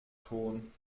schon